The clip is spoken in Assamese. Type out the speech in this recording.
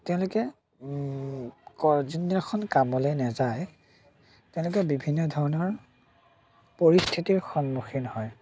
তেওঁলোকে ক যিদিনাখন কামলৈ নাযায় তেওঁলোকে বিভিন্ন ধৰণৰ পৰিস্থিতিৰ সন্মুখীন হয়